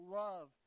love